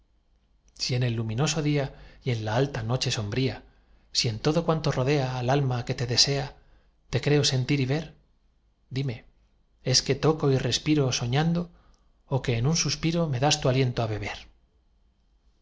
si en el luminoso día y en la alta noche sombría si en todo cuanto rodea al alma que te desea te creo sentir y ver dime es que toco y respiro soñando ó que en un suspiro me das tu aliento á beber